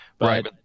right